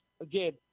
again